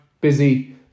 busy